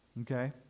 okay